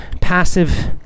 passive